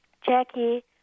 Jackie